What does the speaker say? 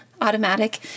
automatic